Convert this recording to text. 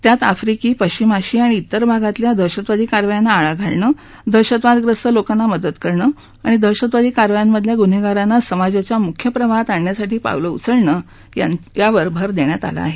त्यात आफ्रीका पश्चिम आशिया आणि तेर भागातल्या दहशतवादी कारवायांना आळा घालणं दहशतवादग्रस्त लोकांना मदत करणं आणि दहशतवादी कारवायांमधल्या गुन्हेगारांना समाजाच्या मुख्य प्रवाहात आणण्यासाठी पावलं उचलणं त्यादी मुद्दयांवर भर दिला आहे